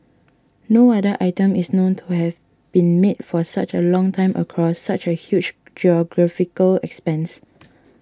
no other item is known to have been made for such a long time across such a huge geographical expanse